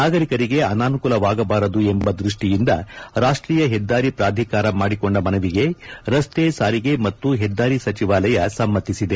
ನಾಗರಿಕರಿಗೆ ಅನಾನುಕೂಲವಾಗಬಾರದು ಎಂಬ ದ್ವಷ್ಟಿಯಿಂದ ರಾಷ್ಟ್ರೀಯ ಹೆದ್ದಾರಿ ಪ್ರಾಧಿಕಾರ ಮಾಡಿಕೊಂಡ ಮನವಿಗೆ ರಸ್ತೆ ಸಾರಿಗೆ ಮತ್ತು ಹೆದ್ದಾರಿ ಸಚಿವಾಲಯ ಸಮ್ಮತಿಸಿದೆ